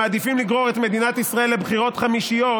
שמעדיפים לגרור את מדינת ישראל לבחירות חמישיות,